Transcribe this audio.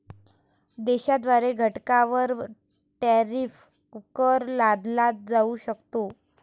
देशाद्वारे घटकांवर टॅरिफ कर लादला जाऊ शकतो